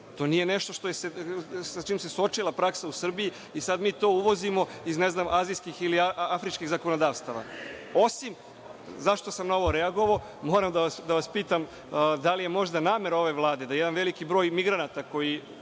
to nije nešto sa čime se suočila praksa u Srbiji i sada mi to uvodimo iz azijskih ili afričkih zakonodavstava. Zašto sam na ovo reagovao? Moram da vas pitam da li je možda namera ove Vlade da jedan veliki broj migranata koji